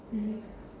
mmhmm